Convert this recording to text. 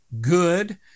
good